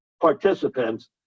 participants